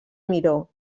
miró